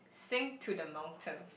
sing to the mountains